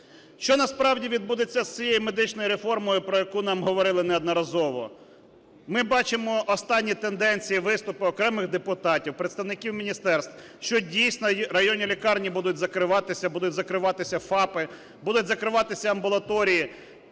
Що насправді відбудеться з цією медичною реформою, про яку нам говорили неодноразово? Ми бачимо останні тенденції, виступи окремих депутатів, представників міністерств, що, дійсно, районні лікарні будуть закриватися, будуть закриватися ФАПи, будуть закриватися амбулаторії,